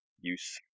use